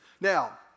Now